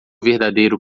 verdadeiro